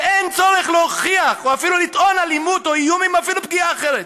ואין צורך להוכיח או אפילו לטעון לאלימות או איום או אפילו פגיעה אחרת.